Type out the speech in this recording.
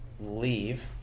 leave